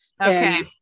Okay